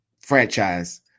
Franchise